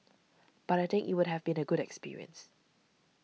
but I think it would have been a good experience